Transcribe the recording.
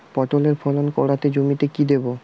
পটলের ফলন কাড়াতে জমিতে কি দেবো?